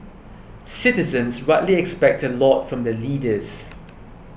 citizens rightly expect a lot from their leaders